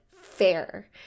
fair